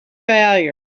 failure